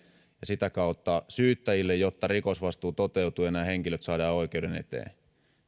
ja sitä kautta syyttäjille jotta rikosvastuu toteutuu ja nämä henkilöt saadaan oikeuden eteen tämä